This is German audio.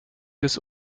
des